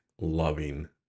loving